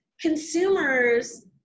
consumers